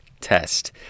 test